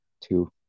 two